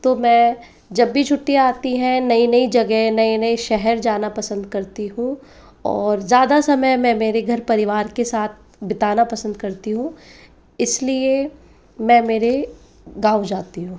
तो मैं जब भी छुट्टियाँ आती हैं नई नई जगह नए नए शहर जाना पसंद करती हूँ और ज़्यादा समय मैं मेरे घर परिवार के साथ बिताना पसंद करती हूँ इसलिए मैं मेरे गाँव जाती हूँ